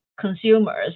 consumers